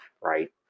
Right